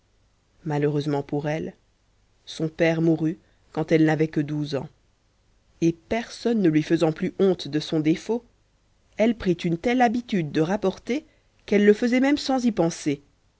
malheureusement pour elle son père mourut quand elle n'avait que douze ans et personne ne lui faisant plus honte de son défaut elle prit une telle habitude de rapporter qu'elle le faisait même sans y penser